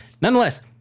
nonetheless